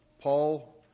Paul